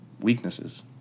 weaknesses